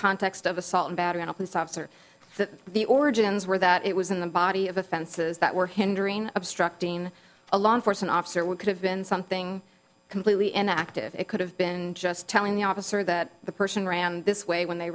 officer that the origins were that it was in the body of offenses that were hindering obstructing a law enforcement officer would have been something completely inactive it could have been just telling the officer that the person ran this way when they